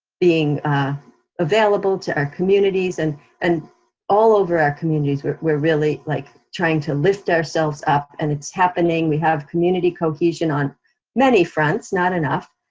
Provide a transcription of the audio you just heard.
being available to our communities, and and all over our communities, we're we're really like trying to lift ourselves up, and it's happening, we have community cohesion on many fronts, not enough.